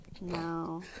No